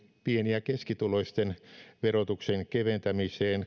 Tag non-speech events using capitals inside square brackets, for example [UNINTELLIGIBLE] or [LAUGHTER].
ja keskituloisten verotuksen keventämiseen [UNINTELLIGIBLE]